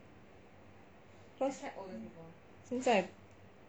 cause 现在